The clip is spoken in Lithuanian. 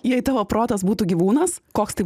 jei tavo protas būtų gyvūnas koks tai